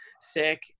sick